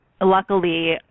luckily